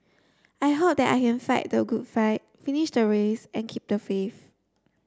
I hope that I can fight the good fight finish the race and keep the faith